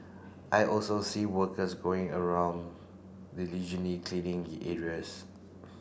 I also see workers going around diligently cleaning the areas